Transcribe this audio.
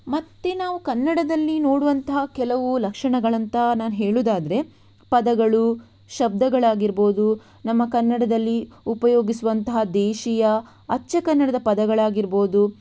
ಮತ್ತು ನಾವು ಕನ್ನಡದಲ್ಲಿ ನೋಡುವಂಥ ಕೆಲವು ಲಕ್ಷಣಗಳಂತ ನಾನು ಹೇಳುವುದಾದ್ರೆ ಪದಗಳು ಶಬ್ದಗಳಾಗಿರಬಹುದು ನಮ್ಮ ಕನ್ನಡದಲ್ಲಿ ಉಪಯೋಗಿಸುವಂಥ ದೇಶೀಯ ಅಚ್ಚ ಕನ್ನಡದ ಪದಗಳಾಗಿರಬಹುದು